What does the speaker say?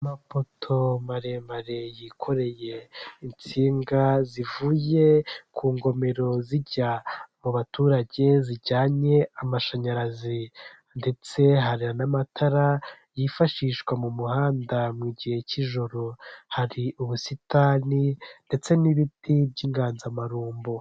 Amapoto maremare yikoreye insinga zivuye ku ngomero zijya mu baturage zijyanye amashanyarazi ndetse hari n'amatara, yifashishwa mu muhanda mu gihe k'ijoro, hari ubusitani ndetse n'ibiti by'inganzamarumbo.